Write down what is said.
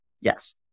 Yes